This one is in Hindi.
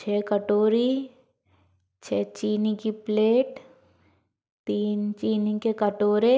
छः कटोरी छः चीनी की प्लेट तीन चीनी के कटोरे